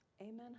Amen